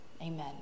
Amen